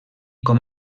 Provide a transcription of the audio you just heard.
com